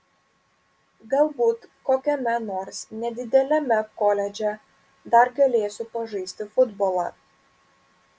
galbūt kokiame nors nedideliame koledže dar galėsiu pažaisti futbolą